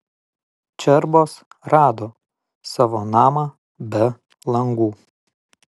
čerbos rado savo namą be langų